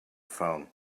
phone